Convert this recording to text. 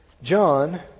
John